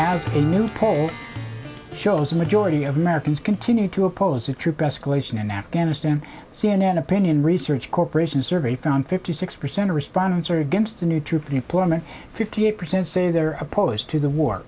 as a new poll shows a majority of americans continue to oppose the troop escalation in afghanistan c n n opinion research corporation survey found fifty six percent of respondents are against the new troop deployment fifty eight percent say they're opposed to the war